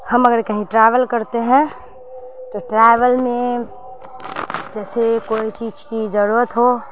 ہم اگر کہیں ٹریول کرتے ہیں تو ٹریول میں جیسے کوئی چیز کی ضرورت ہو